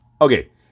Okay